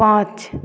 पाँच